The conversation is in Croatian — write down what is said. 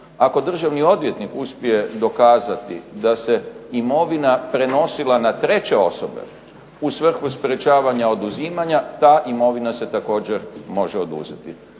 Ako državni odvjetnik uspje dokazati da se imovina prenosila na treće osobe u svrhu sprečavanja oduzimanja ta imovina se također može oduzeti.